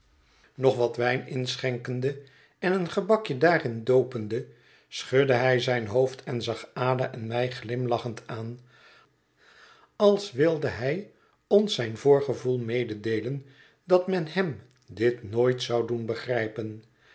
nog wat wijn inschenkende en een gebakje daarin doopende schudde hij zijn hoofd en zag ada en mij glimlachend aan als wilde hij ons zijn voorgevoel mededeelen dat men hem dit nooit zou doen begrijpen